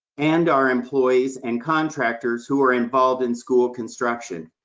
and our employees and contractors who were involved in school construction.